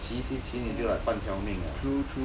骑骑骑你就 like 半条命啊